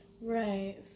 Right